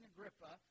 Agrippa